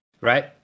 right